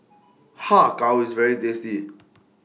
Har Kow IS very tasty